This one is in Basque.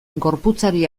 gorputzari